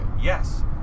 Yes